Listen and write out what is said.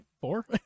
four